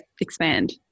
expand